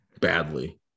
badly